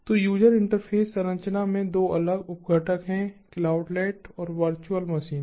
तो user interface संरचना में 2 अलग उप घटक है क्लाउडलेट और वर्चुअल मशीन